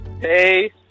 Hey